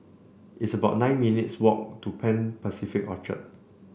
it's about nine minutes' walk to Pan Pacific Orchard